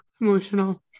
emotional